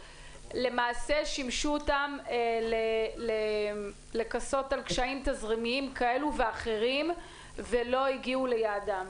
למעשה שימשו אותן לכסות על קשיים תזרימיים כאלה ואחרים ולא הגיעו ליעדם.